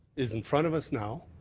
is in front of us now,